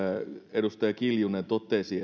edustaja kiljunen totesi